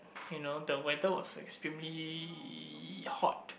you know the weather was extremely hot